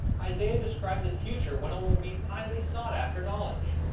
isaiah describes a future when it will be highly sought after knowledge!